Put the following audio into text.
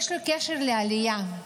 יש לו קשר לעלייה,